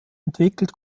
entwickelt